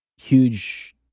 huge